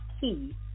key